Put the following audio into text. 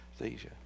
anesthesia